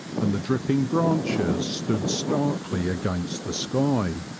and the dripping branches stood starkly against the sky.